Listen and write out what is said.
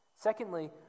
Secondly